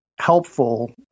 helpful